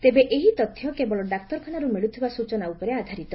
ତେବେ ଏହି ତଥ୍ୟ କେବଳ ଡାକ୍ତରଖାନାର୍ ମିଳୁଥିବା ସ୍ଚନା ଉପରେ ଆଧାରିତ